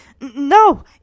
No